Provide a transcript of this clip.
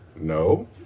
no